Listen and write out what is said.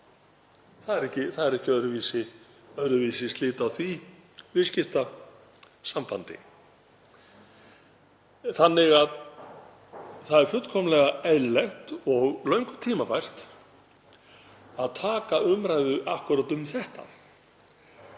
Það eru ekki öðruvísi slit á því viðskiptasambandi. Það er því fullkomlega eðlilegt og löngu tímabært að taka umræðu akkúrat um þetta